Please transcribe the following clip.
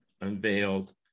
unveiled